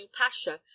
pasha